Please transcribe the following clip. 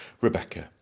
Rebecca